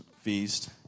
feast